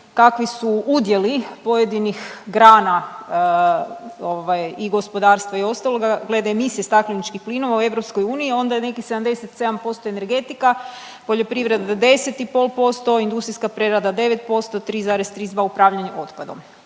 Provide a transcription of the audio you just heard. kakvi su udjeli pojedinih grana i gospodarstva i ostaloga glede emisije stakleničkih plinova u EU, onda je nekih 77% energetika, poljoprivreda 10 i pol posto, industrijska prerada 9%, 3,32 upravljanje otpadom.